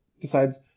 decides